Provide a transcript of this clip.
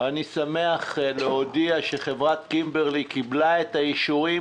אני שמח להודיע שחברת קימברלי קיבלה את האישורים